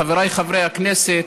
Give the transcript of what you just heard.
חבריי חברי הכנסת,